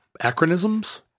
acronyms